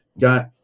got